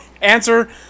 Answer